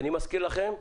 אני מזכיר לכם,